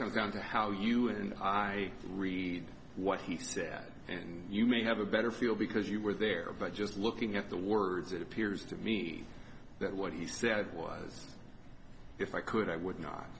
comes down to how you and i read what he said and you may have a better feel because you were there but just looking at the words it appears to me that what he said was if i could i would not